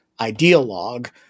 ideologue